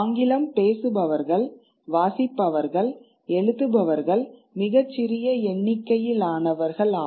ஆங்கிலம் பேசுபவர்கள் வாசிப்பவர்கள் எழுதுபவர்கள் மிகச் சிறிய எண்ணிக்கையிலானவர்கள் ஆவர்